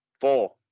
four